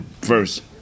first